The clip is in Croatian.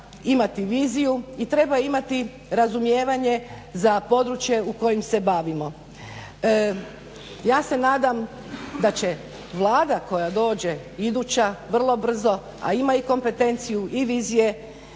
imati viziju i treba imati razumijevanje za područje o kojem se bavimo. Ja se nadam da će Vlada koja dođe iduća vrlo brzo a ima i kompetenciju i vizije